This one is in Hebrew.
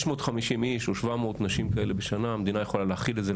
650 או 700 נשים כאלה בשנה המדינה יכולה להכיל את זה.